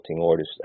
orders